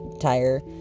tire